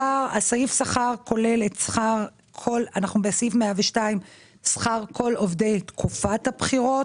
כולל את שכר כל עובדי תקופת הבחירות,